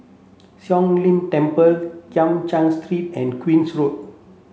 Siong Lim Temple Kim Cheng Street and Queen's Road